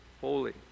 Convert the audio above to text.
holy